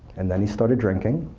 and then he started drinking.